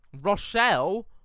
Rochelle